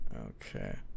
okay